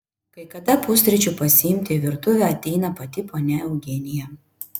kai kada pusryčių pasiimti į virtuvę ateina pati ponia eugenija